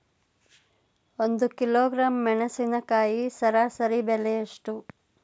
ಒಂದು ಕಿಲೋಗ್ರಾಂ ಮೆಣಸಿನಕಾಯಿ ಸರಾಸರಿ ಬೆಲೆ ಎಷ್ಟು?